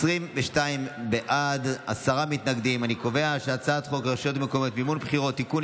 ההצעה להעביר את הצעת חוק הרשויות המקומיות (מימון בחירות) (תיקון,